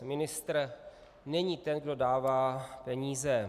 Ministr není ten, kdo dává peníze.